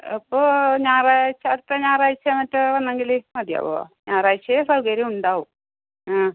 ഇപ്പോൾ ഞായറാഴ്ച അടുത്ത ഞായറാഴ്ച മറ്റോ വന്നെങ്കിൽ മതിയാവുമോ ഞായറാഴ്ചയെ സൗകര്യം ഉണ്ടാവുകയുള്ളൂ ആ